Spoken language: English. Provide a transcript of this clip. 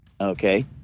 okay